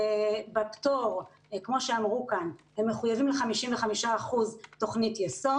בפטור הם מחויבים ל-55% תוכנית יסוד.